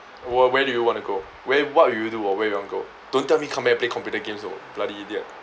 wh~ where do you want to go where what you will do or where you want go don't tell me come back and play computer games know bloody idiot